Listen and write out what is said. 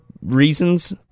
reasons